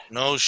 no